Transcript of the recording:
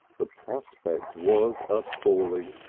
the prospect was appalling.